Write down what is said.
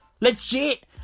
Legit